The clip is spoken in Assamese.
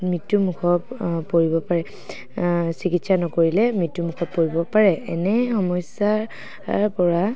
মৃত্যুমুখৰ পৰিব পাৰে চিকিৎসা নকৰিলে মৃত্যুমুখত পৰিব পাৰে এনে সমস্যাৰ পৰা